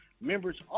members